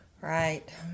Right